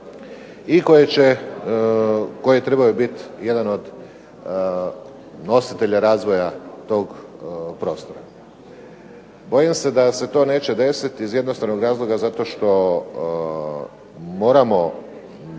uzgajaju i koje trebaju biti jedan od nositelja razvoja tog prostora. Bojim se da se to neće desiti iz jednostavnog razloga što moramo